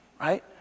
right